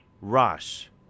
Rush